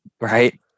right